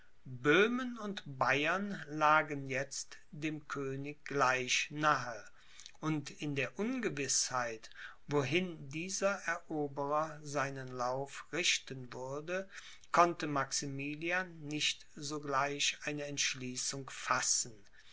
böhmen und bayern lagen jetzt dem könig gleich nahe und in der ungewißheit wohin dieser eroberer seinen lauf richten würde konnte maximilian nicht sogleich eine entschließung fassen